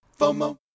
FOMO